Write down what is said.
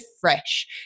fresh